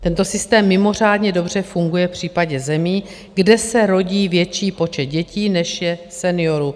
Tento systém mimořádně dobře funguje v případě zemí, kde se rodí větší počet dětí, než je seniorů.